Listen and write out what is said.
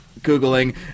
googling